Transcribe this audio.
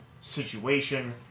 situation